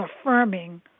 affirming